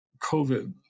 COVID